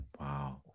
Wow